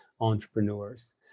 entrepreneurs